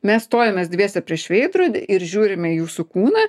mes stojomės dviese prieš veidrodį ir žiūrime į jūsų kūną